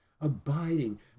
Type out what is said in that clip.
abiding